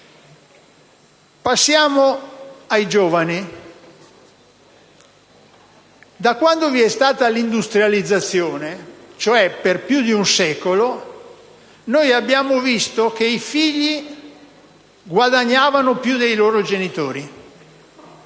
Passiamo ai giovani. Da quando vi è stata l'industrializzazione, cioè per più di un secolo, abbiamo visto che i figli guadagnavano più dei loro genitori